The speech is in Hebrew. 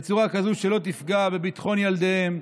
בצורה כזאת שלא תפגע בביטחון ילדיהם,